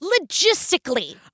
Logistically